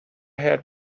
had